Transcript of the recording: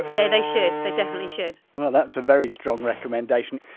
yeah, they should, they definitely should well that's a very strong recommendation.